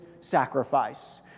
sacrifice